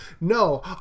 No